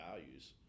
values